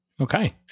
Okay